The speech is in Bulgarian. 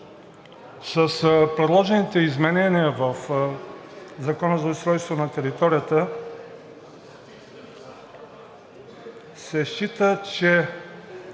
с предложените изменения в Закона за устройство на територията се счита, че